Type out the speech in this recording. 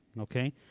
okay